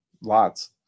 Lots